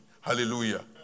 Hallelujah